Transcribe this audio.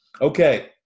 Okay